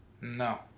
No